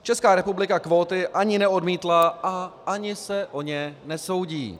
Česká republika kvóty ani neodmítla a ani se o ně nesoudí.